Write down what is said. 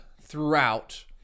throughout